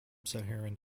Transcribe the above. saharan